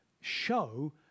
show